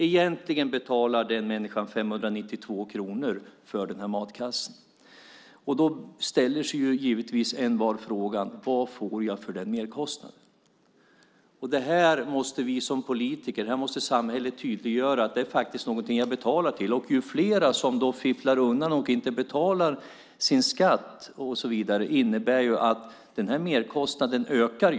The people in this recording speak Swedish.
Egentligen betalar den människan 592 kronor för den matkassen. Då ställer sig givetvis envar frågan: Vad får jag för den merkostnaden? Det här måste vi som politiker tydliggöra. Här måste samhället tydliggöra att det faktiskt är någonting jag betalar till. Om fler fifflar och inte betalar sin skatt och så vidare innebär det att den här merkostnaden ökar.